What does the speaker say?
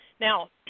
Now